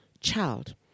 child